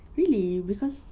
really because